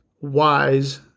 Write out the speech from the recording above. wise